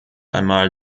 einmal